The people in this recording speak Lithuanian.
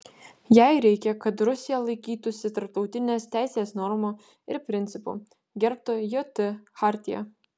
jai reikia kad rusija laikytųsi tarptautinės teisės normų ir principų gerbtų jt chartiją